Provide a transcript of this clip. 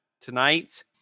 tonight